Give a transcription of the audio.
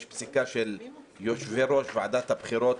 יש פסיקה של יושבי-ראש ועדת הבחירות,